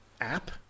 app